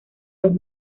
los